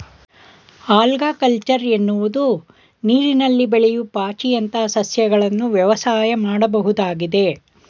algaculture ಎನ್ನುವುದು ನೀರಿನಲ್ಲಿ ಬೆಳೆಯೂ ಪಾಚಿಯಂತ ಸಸ್ಯಗಳನ್ನು ವ್ಯವಸಾಯ ಮಾಡುವುದಾಗಿದೆ